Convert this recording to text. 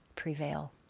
prevail